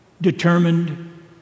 determined